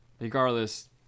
Regardless